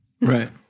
Right